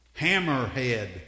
hammerhead